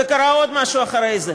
וקרה עוד משהו אחרי זה.